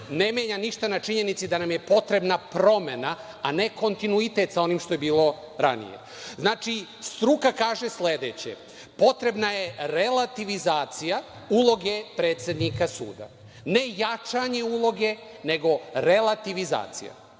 ne menja ništa na činjenici da nam je potrebna promena, a ne kontinuitet sa onim što je bilo ranije. Znači, struka kaže sledeće – potrebna je relativizacija uloge predsednika suda, ne jačanje uloge, nego relativizacija.